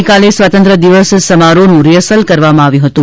ગઈકાલે સ્વતંત્ર્ય દિવસ સમારોહનું રિહર્સલ કરવામાં આવ્યું હતું